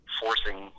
forcing